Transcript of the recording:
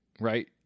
right